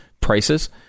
prices